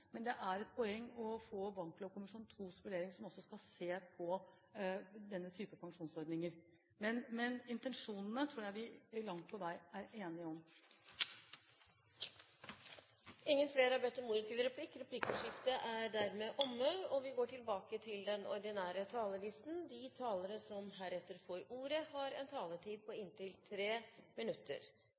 Men det er et poeng å få vurderingen til Banklovkommisjonen II, som også skal se på denne type pensjonsordninger. Men intensjonene tror jeg vi langt på vei er enige om. Replikkordskiftet er dermed omme. Jeg er ikke spesielt overrasket over at Fremskrittspartiet nok en gang demonstrerer at de har svært liten aktelse for den rolle som